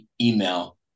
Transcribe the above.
email